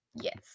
Yes